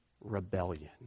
rebellion